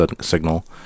signal